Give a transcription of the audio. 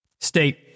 state